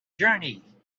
journey